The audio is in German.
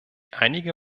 einige